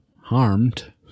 Harmed